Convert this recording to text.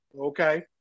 Okay